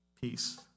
Peace